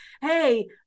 hey